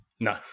No